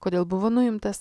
kodėl buvo nuimtas